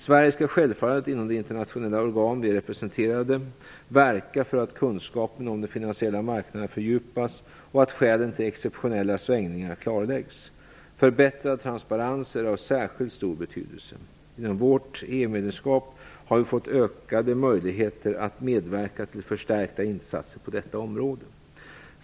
Sverige skall självfallet, inom de internationella organ vi är representerade i, verka för att kunskapen om de finansiella marknaderna fördjupas och att skälen till exceptionella svängningar klarläggs. Förbättrad transparens är av särskilt stor betydelse. Genom vårt EU-medlemskap har vi fått ökade möjligheter att medverka till förstärkta insatser på detta område.